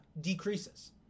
decreases